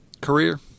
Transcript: career